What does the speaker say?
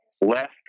left